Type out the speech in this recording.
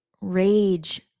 rage